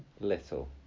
Little